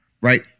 Right